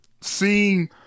seeing